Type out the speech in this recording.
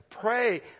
Pray